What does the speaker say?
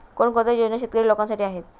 कोणकोणत्या योजना शेतकरी लोकांसाठी आहेत?